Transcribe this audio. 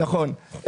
נכון.